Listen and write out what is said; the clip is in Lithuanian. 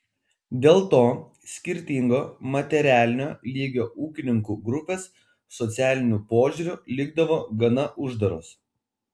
dėl to skirtingo materialinio lygio ūkininkų grupės socialiniu požiūriu likdavo gana uždaros